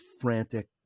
frantic